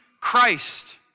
Christ